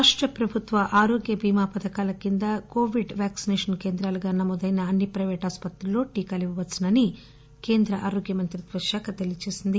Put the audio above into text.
రాష్ట ప్రభుత్వ ఆరోగ్య బీమా పథకాల కింద కోవిడ్ వ్యాక్సినేషన్ కేంద్రాలుగా నమోదయిన అన్ని పైపేట్ ఆసుపత్రులలో టీకాలు ఇవ్వవచ్చునని కేంద్ర ఆరోగ్య మంత్రిత్వ శాఖ తెలియజేసింది